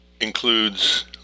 includes